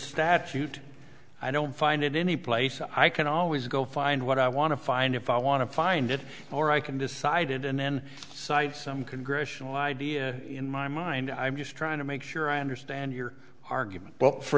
statute i don't find it any place i can always go find what i want to find if i want to find it or i can decided and then cite some congressional idea in my mind i'm just trying to make sure i understand your argument